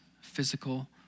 physical